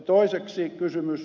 toiseksi kysymys